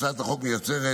הצעת החוק מייצרת